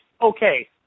okay